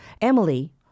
Emily